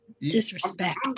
Disrespect